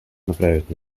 направить